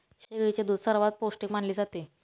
शेळीचे दूध सर्वात पौष्टिक मानले जाते